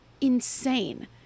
insane